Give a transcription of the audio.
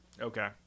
Okay